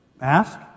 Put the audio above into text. Ask